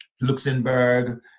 Luxembourg